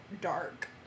dark